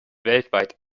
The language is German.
weltweit